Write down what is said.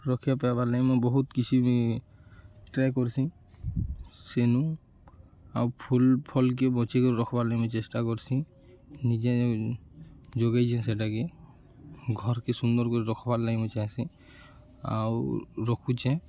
ରକ୍ଷା ପାଏବାର୍ ଲାଗି ମୁଇଁ ବହୁତ୍ କିଛି ବି ଟ୍ରାଏ କର୍ସି ସେନୁ ଆଉ ଫୁଲ୍ ଫଲ୍କେ ବଞ୍ଚେଇକରି ରଖ୍ବାର୍ ଲାଗି ମୁଇଁ ଚେଷ୍ଟା କର୍ସି ନିଜେ ଯୋଗେଇଚେଁ ସେଟାକେ ଘର୍କେ ସୁନ୍ଦର୍ କରି ରଖ୍ବାର୍ ଲାଗି ମୁଁ ଚାହେଁସି ଆଉ ରଖୁଚେଁ